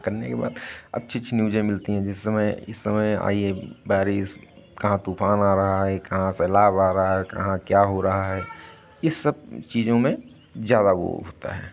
करने के बाद अच्छी अच्छी न्यूज़ें मिलती हैं जिस समय इस समय आई है बारिस कहाँ तूफ़ान आ रहा है कहाँ सैलाब आ रहा है कहाँ क्या हो रहा है इस सब चीज़ों में ज़्यादा वो होता है